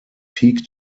peak